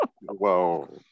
Whoa